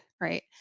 right